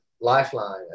lifeline